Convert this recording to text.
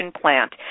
plant